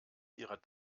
ihrer